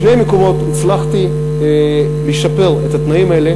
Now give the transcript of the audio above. בשני מקומות הצלחתי לשפר את התנאים האלה